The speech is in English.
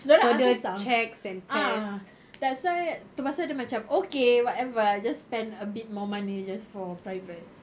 dia orang ultrasound ah that's why tu pasal dia macam okay whatever I just spend a bit more money just for private